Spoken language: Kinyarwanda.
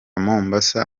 mombasa